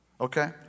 Okay